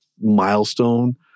milestone